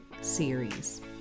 series